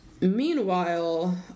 meanwhile